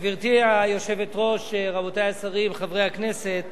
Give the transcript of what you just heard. גברתי היושבת-ראש, רבותי השרים, חברי הכנסת,